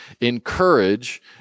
encourage